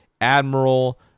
Admiral